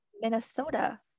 Minnesota